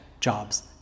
jobs